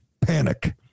panic